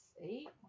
eight